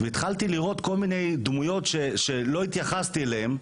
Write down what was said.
והתחלתי לראות כל מיני דמויות שלא התייחסתי אליהן.